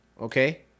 okay